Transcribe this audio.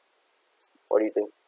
what do you think